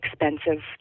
expensive